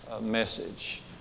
message